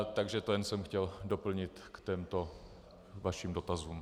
Takže to jsem jen chtěl doplnit k těmto vašim dotazům.